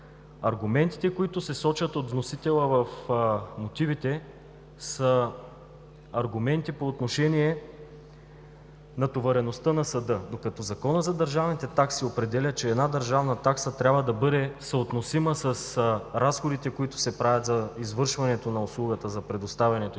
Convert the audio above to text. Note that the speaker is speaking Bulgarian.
Аргументите, които се сочат от вносителя в мотивите са аргументи по отношение натовареността на съда, докато Законът за държавните такси определя, че една държавна такса трябва да бъде съотносима с разходите, които се правят за извършването на услугата за предоставянето